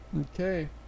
Okay